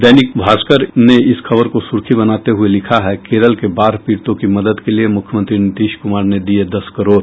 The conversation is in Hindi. दैनिक भास्कर इस खबर को सुर्खी बनाते हुये लिखा है केरल के बाढ़ पीड़ितों की मदद के लिये मुख्यमंत्री नीतीश कुमार ने दिये दस करोड़